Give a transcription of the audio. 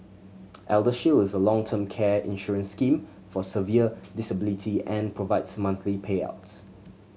ElderShield is a long term care insurance scheme for severe disability and provides monthly payouts